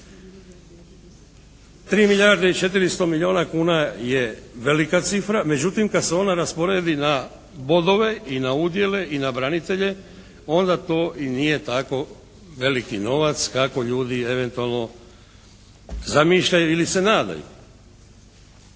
3 milijarde i 400 milijuna kuna je velika cifra, međutim kad se ona rasporedi na bodove i na udjele i na branitelje onda to i nije tako veliki novac kako ljudi eventualno zamišljaju ili se nadaju.